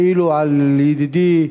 כאילו, על ידידי,